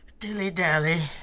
dilly dally.